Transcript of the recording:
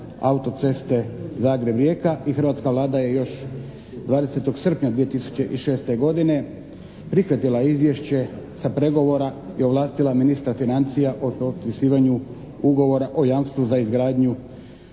autoceste Zagreb-Rijeka i hrvatska Vlada je još 20. srpnja 2006. godine prihvatila izvješće sa pregovora i ovlastila ministra financija o potpisivanju ugovora o jamstvu za izgradnju